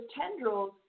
tendrils